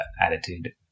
attitude